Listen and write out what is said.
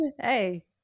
hey